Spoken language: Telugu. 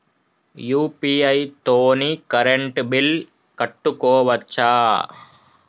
యూ.పీ.ఐ తోని కరెంట్ బిల్ కట్టుకోవచ్ఛా?